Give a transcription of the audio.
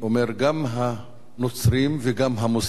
גם הנוצרים וגם המוסלמים,